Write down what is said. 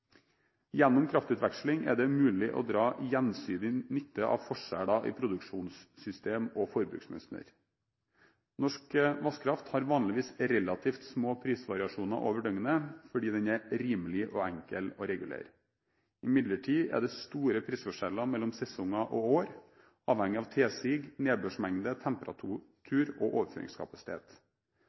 Gjennom kraftutveksling er det mulig å dra gjensidig nytte av forskjeller i produksjonssystemer og forbruksmønster. Norsk vannkraft har vanligvis relativt små prisvariasjoner over døgnet, fordi den er rimelig og enkel å regulere. Imidlertid er det store prisforskjeller mellom sesonger og år, avhengig av tilsig, nedbørsmengde, temperatur og overføringskapasitet.